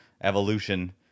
evolution